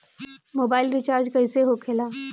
Mobile recharge कैसे होखे ला?